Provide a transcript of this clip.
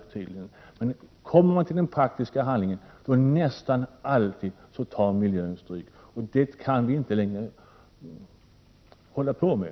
Gäller det den praktiska handlingen får miljön nästan alltid ta stryk, och det kan vi inte längre hålla på med.